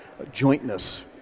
jointness